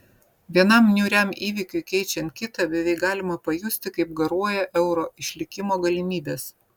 vienam niūriam įvykiui keičiant kitą beveik galima pajusti kaip garuoja euro išlikimo galimybės